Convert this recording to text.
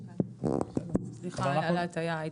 סליחה על ההטעיה.